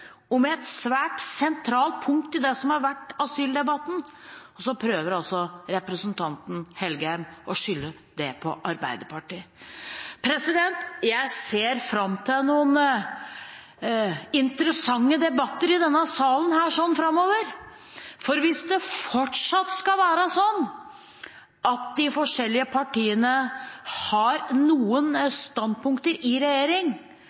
et svært sentralt punkt i det som har vært asyldebatten – og så prøver altså representanten Engen-Helgheim å skylde på Arbeiderpartiet. Jeg ser fram til noen interessante debatter i denne salen framover, for hvis det fortsatt skal være sånn at de forskjellige partiene har noen standpunkter i regjering